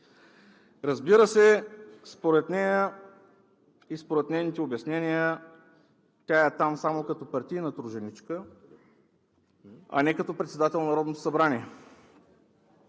Разбира се, според нея и според нейните обяснения тя е там само като партийна труженичка, а не като председател на Народното събрание.